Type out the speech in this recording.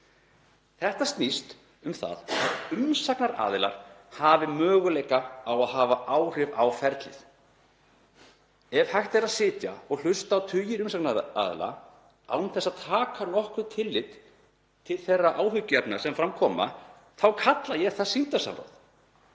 Þetta snýst um að umsagnaraðilar hafi möguleika á að hafa áhrif á ferlið. Ef hægt er að sitja og hlusta á tugi umsagnaraðila án þess að taka nokkurt tillit til þeirra áhyggjuefna sem fram koma þá kalla ég það sýndarsamráð.